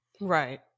Right